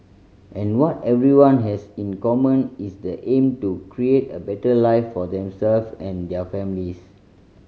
and what everyone has in common is the aim to create a better life for themselves and their families